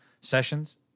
Sessions